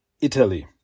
Italy